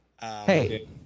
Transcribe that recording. Hey